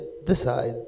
decide